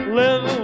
live